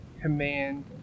command